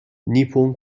نیپون